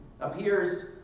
appears